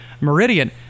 Meridian